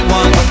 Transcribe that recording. one